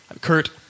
Kurt